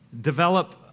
develop